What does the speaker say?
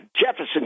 Jefferson